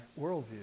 worldview